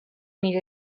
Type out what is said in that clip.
nire